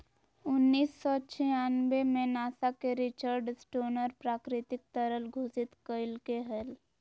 उन्नीस सौ छियानबे में नासा के रिचर्ड स्टोनर प्राकृतिक तरल घोषित कइलके हल